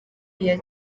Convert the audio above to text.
iya